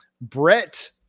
Brett